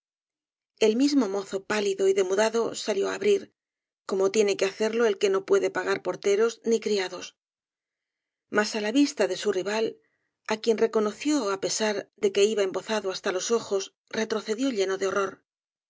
el mismo mozo pálido y demudado salió á abrir como tiene que hacerlo el que no puede pagar porteros ni criados mas á la vista de su rival á quien reconoció á pesar de que iba embozado hasta los ojos retrocedió lleno de horror